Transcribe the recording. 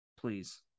please